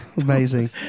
Amazing